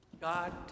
God